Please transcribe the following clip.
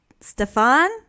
Stefan